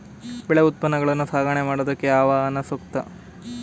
ಬೆಳೆ ಉತ್ಪನ್ನಗಳನ್ನು ಸಾಗಣೆ ಮಾಡೋದಕ್ಕೆ ಯಾವ ವಾಹನ ಸೂಕ್ತ?